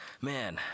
man